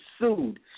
sued